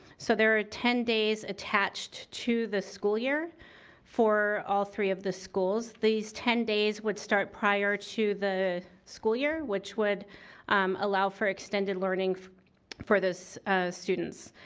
so there are ten days attached to the school year for all three of the schools. these ten days would start prior to the school year which would allow for extended learning for those students.